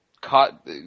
caught